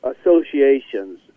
associations